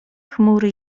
chmury